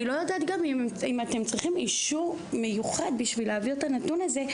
אני לא יודעת אם אתם צריכים אישור מיוחד בשביל להעביר את הנתון הזה,